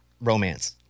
romance